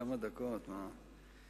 כמה דקות, מה?